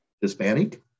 Hispanic